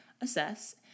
assess